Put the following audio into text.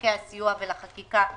למענקי הסיוע ולחקיקה שנחקקה.